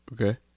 Okay